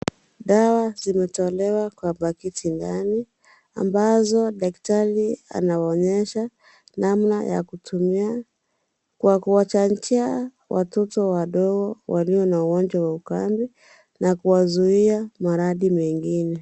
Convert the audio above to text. Dawa zimetolewa kwa pakiti ndani, ambazo daktari anaonyesha namna ya kutumia, wa kuwacha njia watoto wadogo walio na ugonjwa wa ukame, na kuwazuia maradhi mengine.